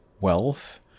wealth